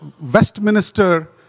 Westminster